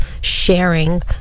sharing